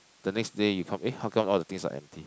the next day you come eh how come all the things are empty